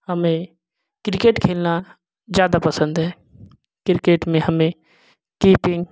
हमे क्रिकेट खेलना जादा पसंद है क्रिकेट में हमें किप्पिंग